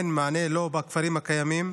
אין מענה לא בכפרים הקיימים,